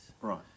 Right